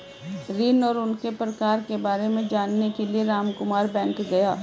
ऋण और उनके प्रकार के बारे में जानने के लिए रामकुमार बैंक गया